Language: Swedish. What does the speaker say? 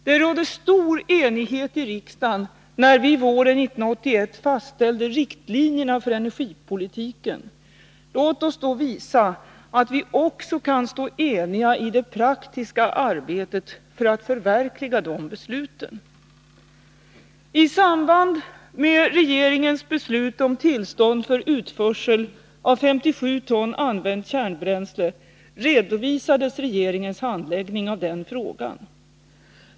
Det rådde stor enighet i riksdagen när vi våren 1981 fastställde riktlinjerna för energipolitiken. Låt oss då visa att vi också kan stå eniga i det praktiska arbetet för att förverkliga de besluten. I samband med regeringens beslut om tillstånd för utförsel av 57 ton använt kärnbränsle, redovisades regeringens handläggning av den frågan.